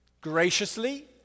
graciously